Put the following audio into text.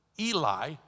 Eli